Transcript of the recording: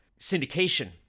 syndication